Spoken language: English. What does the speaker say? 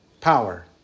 power